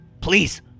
Please